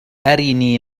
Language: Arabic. أرني